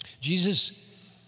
Jesus